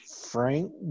Frank